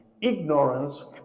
Ignorance